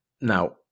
now